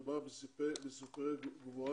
מדובר בסיפורי גבורה